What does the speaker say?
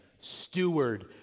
steward